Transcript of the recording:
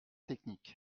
technique